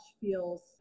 feels